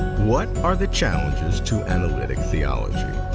what are the challenges to analytic theology?